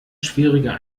schwieriger